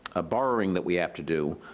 ah, borrowing that we have to do,